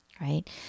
right